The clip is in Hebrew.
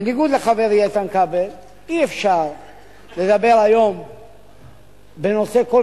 בניגוד לחברי איתן כבל: אי-אפשר לדבר היום בנושא כל